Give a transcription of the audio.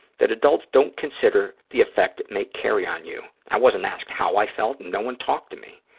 that adults don't consider the effect it may carry on you. i wasn't asked how i felt and no one talked to me.